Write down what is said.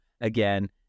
Again